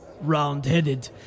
Round-headed